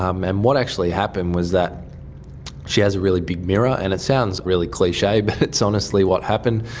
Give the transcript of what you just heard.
um and what actually happened was that she has a really big mirror, and it sounds really cliched but it's honestly what happened,